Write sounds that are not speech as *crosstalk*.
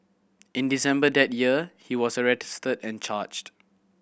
in December that year he was *unintelligible* and charged